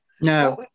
No